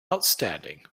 outstanding